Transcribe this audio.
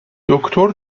دکتر